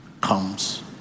comes